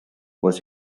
was